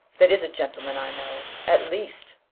that is a gentleman, i know, at least.